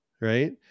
Right